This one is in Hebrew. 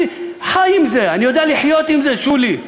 אני חי עם זה, אני יודע לחיות עם זה, שולי.